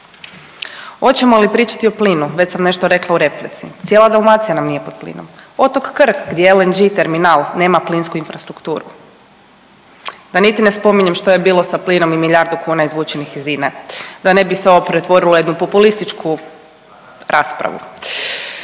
Hoćemo li pričati o plinu, već sam nešto rekla u replici, cijela Dalmacija nam nije pod plinom, otok Krk gdje je LNG terminal nema plinsku infrastrukturu, da niti ne spominjem što je bilo sa plinom i milijardu kuna izvučenih iz INA-e, da ne bi se ovo pretvorilo u jednu populističku raspravu.